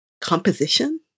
composition